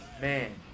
Man